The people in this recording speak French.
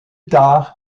tard